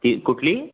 ही कुठली